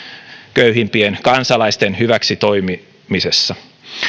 köyhimpien kansalaisten hyväksi toimimisessa